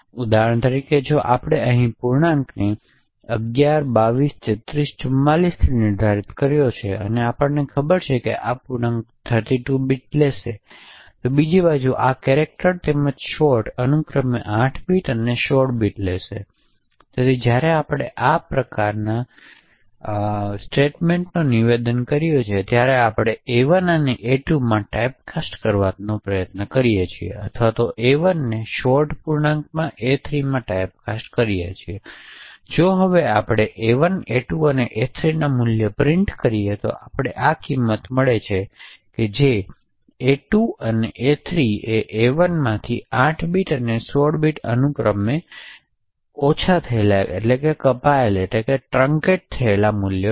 તેથી ઉદાહરણ તરીકે જો આપણે અહીં પૂર્ણાંકને 11223344 થી નિર્ધારિત કર્યો છે અને આપણને ખબર છે કે આ પૂર્ણાંક 32 બિટ્સ લેશે તો બીજી બાજુ આ કેરેક્ટર તેમજ short અનુક્રમે 8 બિટ્સ અને 16 બિટ્સ લેશે તેથી જ્યારે આપણે ખરેખર આ પ્રકારના નિવેદનો જ્યાં આપણે a1 ને a2 માં ટાઇપકાસ્ટ કરવાનો પ્રયાસ કરી અથવા al ને short પૂર્ણાંક a3માં ટાઇપકાસ્ટ કરોતેથી જો આપણે હવે a1 a2 અને a3 નામૂલ્યો પ્રિન્ટ કરી તો આપણે આ કિંમતો મળે જે a2 અને a3 એ a1 માં થી 8 બીટ અને 16 બીટ અનુક્રમે કપાયેલો મૂલ્ય છે